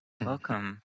Welcome